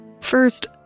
First